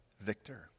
victor